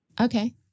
Okay